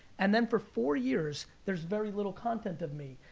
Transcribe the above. and then for four years, there's very little content of me.